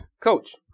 Coach